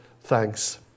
thanks